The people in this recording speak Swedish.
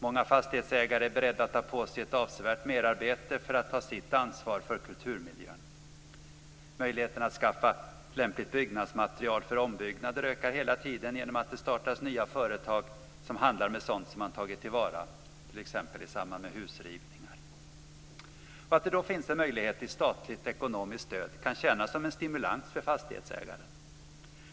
Många fastighetsägare är beredda att ta på sig ett avsevärt merarbete för att ta sitt ansvar för kulturmiljön. Möjligheten att skaffa lämpligt byggnadsmaterial för ombyggnader ökar hela tiden genom att det startas nya företag som handlar med sådant som man tagit till vara, t.ex. i samband med husrivningar. Att det då finns en möjlighet till statligt ekonomiskt stöd kan tjäna som en stimulans för fastighetsägaren.